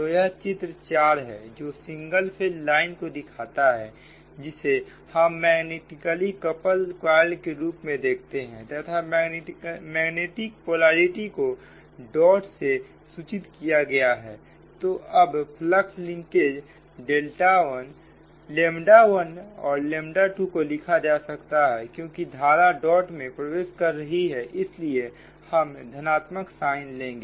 तो यह चित्र चार है जो सिंगल फेज लाइन को दिखाता है जिसे हम मैग्नेटिकली कपल्ड क्वायल के रूप में देखते हैं तथा मैग्नेटिक पोलैरिटी को डॉट से सूचित किया गया है तो अब फ्लक्स लिंकेज 12को लिखा जा सकता है क्योंकि धारा डॉट में प्रवेश कर रही है इसलिए हम धनात्मक साइन लेंगे